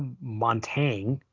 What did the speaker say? Montaigne